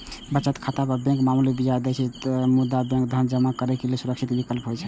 बचत खाता पर बैंक मामूली ब्याज दै छै, मुदा बैंक धन जमा करै लेल सुरक्षित विकल्प होइ छै